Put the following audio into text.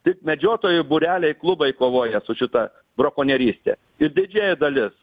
tik medžiotojų būreliai klubai kovoja su šita brakonieryste ir didžioji dalis